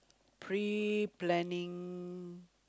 pre-planning